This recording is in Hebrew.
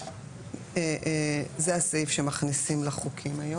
אז זה הסעיף שמכניסים לחוקים היום.